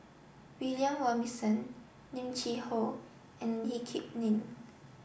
William Robinson Lim Cheng Hoe and Lee Kip Lin